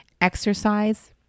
exercise